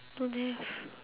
don't have